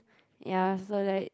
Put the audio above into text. ya so like